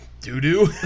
doo-doo